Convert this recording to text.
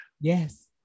Yes